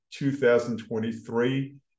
2023